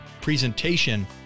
presentation